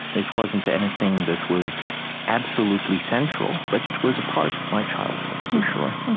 it wasn't anything that was absolutely central. but it was a part of my childhood for sure